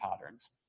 patterns